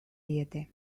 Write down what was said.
diete